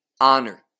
honor